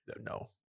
No